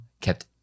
kept